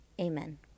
Amen